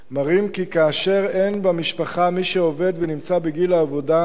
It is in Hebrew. מראים כי כאשר אין במשפחה מי שעובד ונמצא בגיל העבודה,